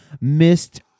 missed